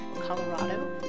Colorado